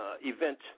event